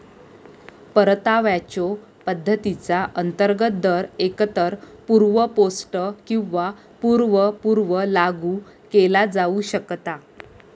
परताव्याच्यो पद्धतीचा अंतर्गत दर एकतर पूर्व पोस्ट किंवा पूर्व पूर्व लागू केला जाऊ शकता